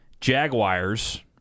Jaguars